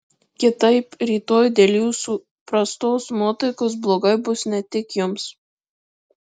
kitaip rytoj dėl jūsų prastos nuotaikos blogai bus ne tik jums